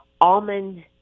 almond